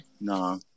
No